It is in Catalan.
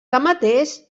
tanmateix